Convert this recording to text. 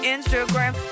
Instagram